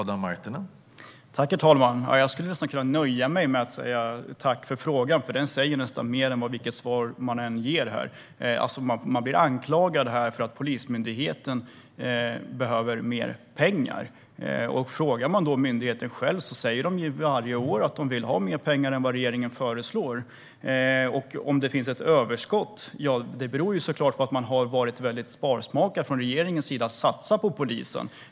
Herr talman! Jag skulle nästan kunna nöja mig med att tacka för frågan, för den säger nästan mer än vilket svar jag än ger. Här blir jag anklagad för att jag säger att Polismyndigheten behöver mer pengar. Den som frågar myndigheten får varje år svaret att man vill ha mer pengar än vad regeringen föreslår. Om det finns ett överskott beror detta på att regeringen har varit väldigt sparsam när det gäller att satsa på polisen.